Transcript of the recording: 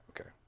Okay